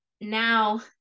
now